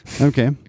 Okay